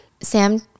Sam